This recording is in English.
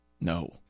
No